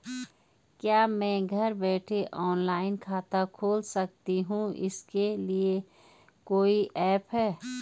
क्या मैं घर बैठे ऑनलाइन खाता खोल सकती हूँ इसके लिए कोई ऐप है?